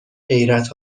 حیرت